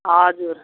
हजुर